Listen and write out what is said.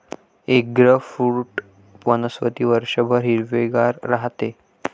eggfruit वनस्पती वर्षभर हिरवेगार राहते